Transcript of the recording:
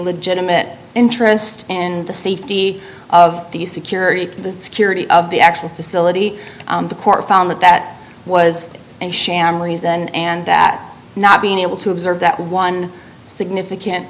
legitimate interest and the safety of the security to the security of the actual facility the court found that that was and sham reason and that not being able to observe that one significant